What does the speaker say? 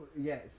Yes